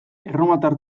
erromatar